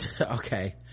Okay